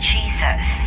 Jesus